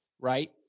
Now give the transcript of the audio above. Right